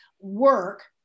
work